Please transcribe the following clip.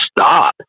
stop